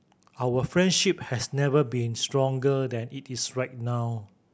our friendship has never been stronger than it is right now